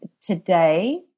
Today